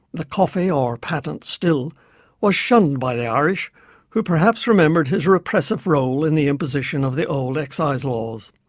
the coffey, or patent, still was shunned by the irish who perhaps remembered his repressive role in the imposition of the old excise laws.